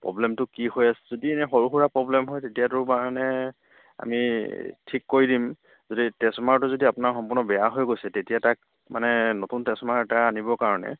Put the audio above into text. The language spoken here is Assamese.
প্ৰ'ব্লেমটো কি হৈ আছে যদি এনেই সৰু সুৰা প্ৰ'ব্লেম হয় তেতিয়াতো কাৰণে আমি ঠিক কৰি দিম যদি ট্ৰেঞ্চফৰ্মাৰটো যদি আপোনাৰ সম্পূৰ্ণ বেয়া হৈ গৈছে তেতিয়া তাক মানে নতুন ট্ৰেঞ্চফৰ্মাৰ এটা আনিবৰ কাৰণে